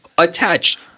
attached